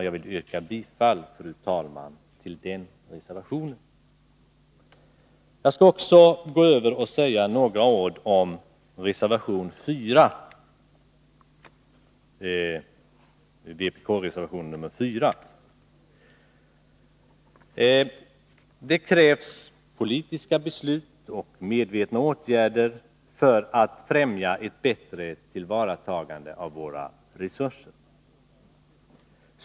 Jag vill yrka bifall, fru talman, till denna reservation. Jag skall också säga några ord om vpk-reservation 4. Det krävs politiska beslut och medvetna åtgärder för att främja ett bättre tillvaratagande av våra resurser.